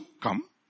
come